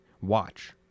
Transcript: watch